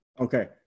okay